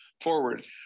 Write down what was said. forward